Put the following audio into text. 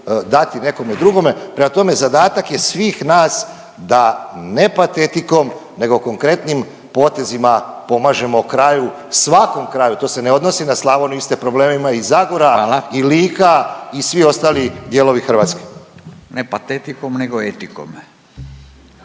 dati nekome drugome. Prema tome, zadatak je svih nas da ne patetikom nego konkretnim potezima pomažemo kraju, svakom kraju to se ne odnosi na Slavoniju iste probleme ima i Zagora …/Upadica Furio Radin: Hvala./… i Lika i svi